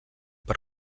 per